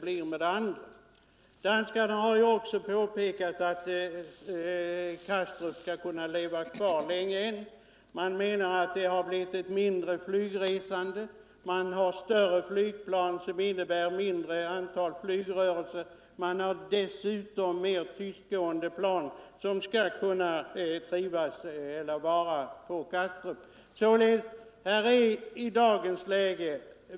Vidare har danskarna framhållit att Kastrup kan vara i bruk länge än. Man anser att antalet flygresor har minskat, och eftersom flygplanen nu också är större blir antalet flygrörelser på fältet nu mindre. Dessutom har danskarna nu också mera tystgående plan, som med fördel kan vara kvar på Kastrup.